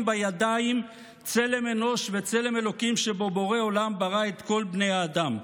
בידיים צלם אנוש וצלם אלוקים שבו בורא עולם ברא את כל בני האדם.